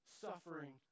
suffering